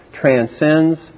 transcends